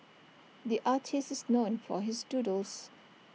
the artist is known for his doodles